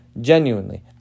Genuinely